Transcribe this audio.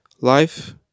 life